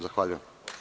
Zahvaljujem.